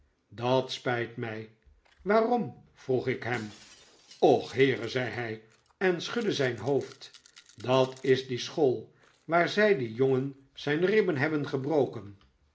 dat spijt mij waarom vroeg ik hem och heere zei hij en schudde zijn hoofd dat is die school waar zij dien jongen zijn ribben hebben gebroken